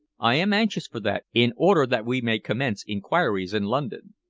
i am anxious for that, in order that we may commence inquiries in london.